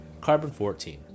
Carbon-14